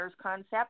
concept